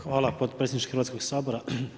Hvala potpredsjedniče Hrvatskoga sabora.